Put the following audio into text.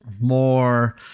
more